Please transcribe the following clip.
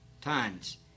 Tons